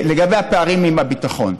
לגבי הפערים עם הביטחון: